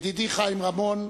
ידידי חיים רמון,